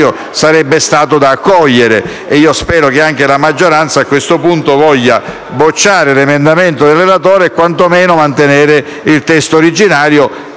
sarebbe stato da accogliere, e spero che anche la maggioranza a questo punto voglia bocciare l'emendamento del relatore e quantomeno mantenere il testo originario,